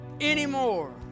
anymore